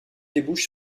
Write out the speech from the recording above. débouche